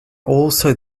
also